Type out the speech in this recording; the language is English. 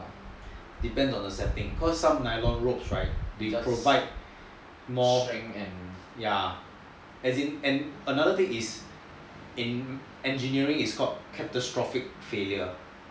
depends on the setting cause some nylon ropes right can provide more another thing is in engineering is called catastrophic failure